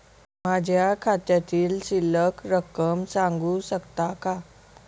माझ्या खात्यातील शिल्लक रक्कम सांगू शकता का?